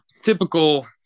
typical